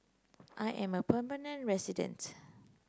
I am a permanent resident